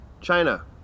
China